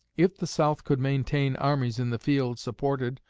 if the south could maintain armies in the field supported,